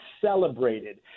celebrated